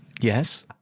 Yes